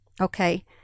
okay